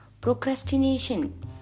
Procrastination